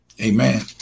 Amen